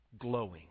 glowing